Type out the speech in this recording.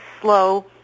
slow